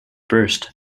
first